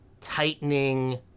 tightening